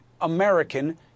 American